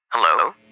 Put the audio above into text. Hello